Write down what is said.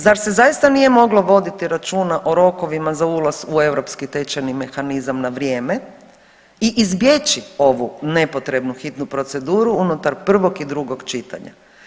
Znači zar se zaista nije moglo voditi računa o rokovima za ulaz u europski tečajni mehanizam na vrijeme i izbjeći ovu nepotrebnu hitnu proceduru unutar prvog i drugog čitanja.